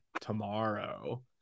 tomorrow